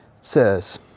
says